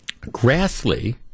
grassley